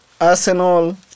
Arsenal